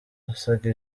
basaga